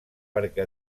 perquè